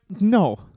No